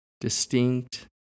distinct